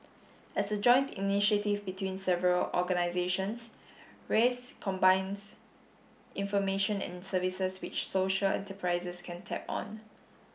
as a joint initiative between several organisations raise combines information and services which social enterprises can tap on